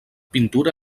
pintura